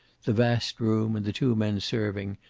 the vast room and the two men serving,